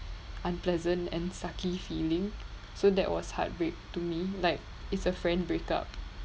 unpleasant and sucky feeling so that was heartbreak to me like it's a friend breakup